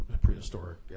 prehistoric